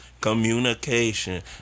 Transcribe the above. Communication